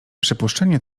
przypuszczenie